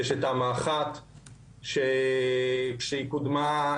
יש את המח"ט שהיא קודמה,